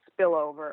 spillover